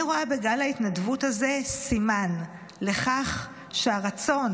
אני רואה בגל ההתנדבות הזה סימן לכך שהרצון